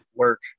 work